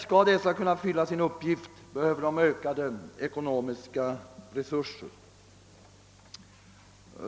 Skall de kunna fylla sin uppgift behöver de emellertid ökade ekonomiska resurser.